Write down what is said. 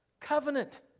covenant